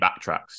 backtracks